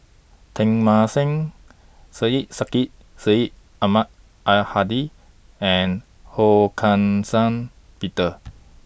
Teng Mah Seng Syed Sheikh Syed Ahmad Al Hadi and Ho Peter